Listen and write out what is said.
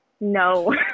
No